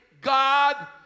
God